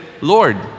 Lord